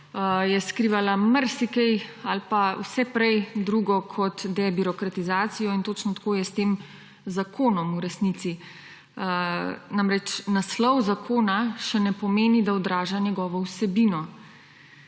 je skrivala marsikaj ali pa vse prej drugo kot debirokratizacijo. In točno tako je s tem zakonom v resnici. Naslov zakona še ne pomeni, da odraža njegovo vsebino.